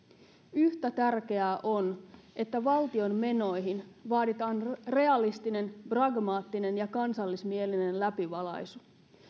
yhtä tärkeää on että valtion menoihin vaaditaan realistinen pragmaattinen ja kansallismielinen läpivalaisu